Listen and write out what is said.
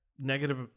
negative